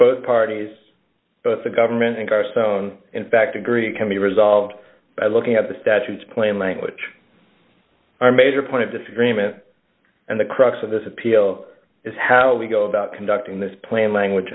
both parties the government and our sound in fact agree can be resolved by looking at the statutes plain language are major point of disagreement and the crux of this appeal is how we go about conducting this plan language